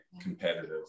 competitive